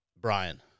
Brian